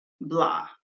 blah